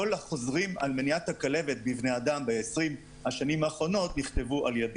כל החוזרים על מניעת הכלבת בבני אדם ב-20 השנים האחרונות נכתבו על ידי.